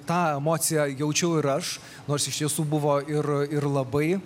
tą emociją jaučiau ir aš nors iš tiesų buvo ir ir labai